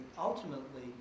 ultimately